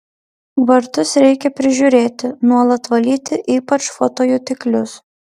vartus reikia prižiūrėti nuolat valyti ypač fotojutiklius